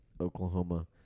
Oklahoma